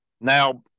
Now